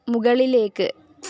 മുകളിലേക്ക്